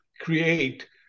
create